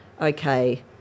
okay